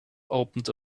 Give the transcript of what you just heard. opened